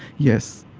yes,